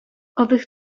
owych